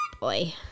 boy